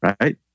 right